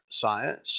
science